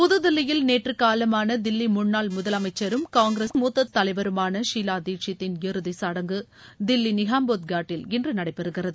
புதுதில்லியில் நேற்று காலமான தில்லி முன்னாள் முதலமைச்சரும் காங்கிரஸ் மூத்த தலைவருமான ஷீலா தீட்ஷீத் தின் இறுதிச்சடங்கு தில்லி நிகம்போட் காட்டில் இன்று நடைபெறுகிறது